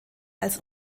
als